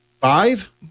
Five